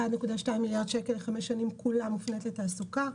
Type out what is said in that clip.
1.2 מיליארד שקל לחמש שנים, כולה מופנית לתעסוקה.